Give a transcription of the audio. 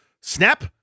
snap